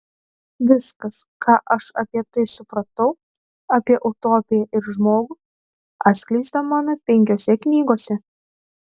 viskas ką aš apie tai supratau apie utopiją ir žmogų atskleista mano penkiose knygose